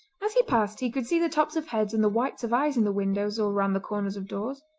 as he passed he could see the tops of heads and the whites of eyes in the windows or round the corners of doors.